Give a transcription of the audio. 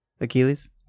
Achilles